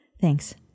thanks